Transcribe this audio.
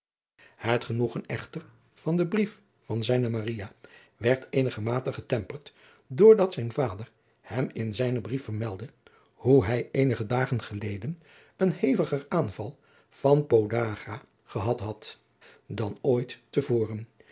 het genoegen echter van den brief van zijne maria werd eenigermate geadriaan loosjes pzn het leven van maurits lijnslager temperd door dat zijn vader hem in zijnen brief vermeldde hoe hij eenige dagen geleden een heviger aanval van het podagra gehad had dan ooit te voren